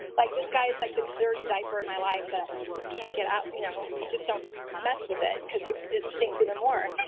like, this guy is like the dirty diaper of my life that you just can't get out. you know, you just don't mess with it because it stinks even more.